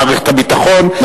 מערכת הביטחון,